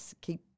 keep